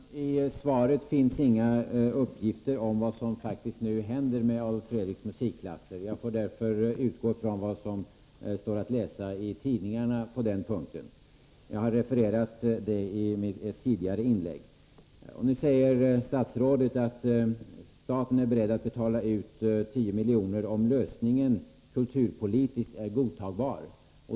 Herr talman! I svaret finns inga uppgifter om vad som faktiskt kommer att hända med Adolf Fredriks musikklasser. Jag får därför utgå från vad som står att läsa i tidningarna på den punkten. Jag har refererat det i ett tidigare inlägg. Nu säger statsrådet att staten är beredd att betala ut 10 miljoner om lösningen är kulturpolitiskt godtagbar.